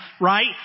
Right